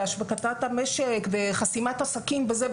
השבתת המשק חסימת עסקים וכולי,